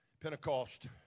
Pentecost